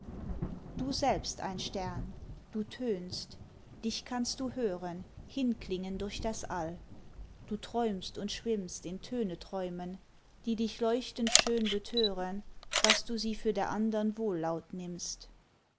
du selbst ein stern du tönst dich kannst du hören hinklingen durch das all du träumst und schwimmst in töne träumen die dich leuchtend schön betören daß du sie für der andern wohllaut nimmst